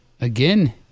Again